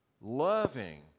loving